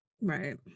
Right